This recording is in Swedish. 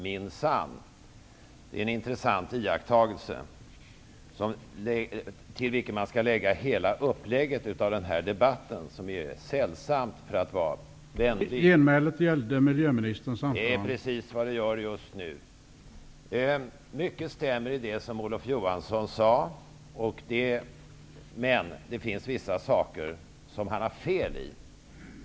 Men det finns vissa punkter där han har fel. Herr talman! Kära kammarledamöter!